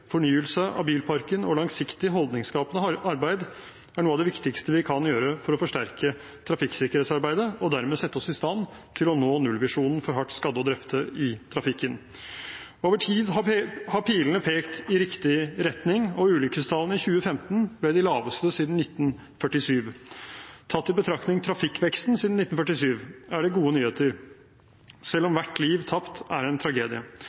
fornyelse av bilparken og langsiktig holdningsskapende arbeid er noe av det viktigste vi kan sette inn for å forsterke trafikksikkerhetsarbeidet og dermed sette oss i stand til å nå nullvisjonen for hardt skadde og drepte i trafikken. Over tid har pilene pekt i riktig retning, og ulykkestallene i 2015 ble de laveste siden 1947. Tatt i betraktning trafikkveksten siden 1947 er det gode nyheter, selv om hvert liv tapt er en tragedie.